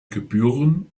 gebühren